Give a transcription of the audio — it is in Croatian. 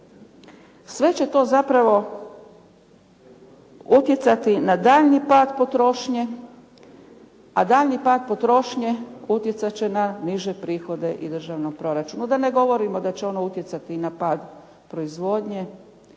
Sve će to zapravo utjecati na daljnji pad potrošnje a daljnji pad potrošnje utjecat će na niže prihode i državnom proračunu, da ne govorimo da će ono utjecati na pad proizvodnje,